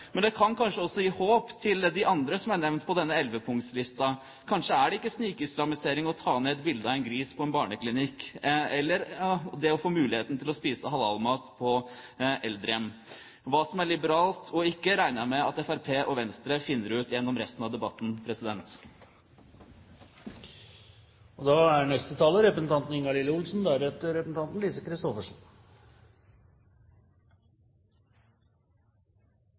Men det kan kanskje også gi håp til de andre som er nevnt på denne ellevepunktslista. Kanskje er det ikke snikislamisering å ta ned bildet av en gris på en barneklinikk eller det å få muligheten til å spise halalmat på eldrehjem. Hva som er liberalt og ikke, regner jeg med at Fremskrittspartiet og Venstre finner ut gjennom resten av debatten.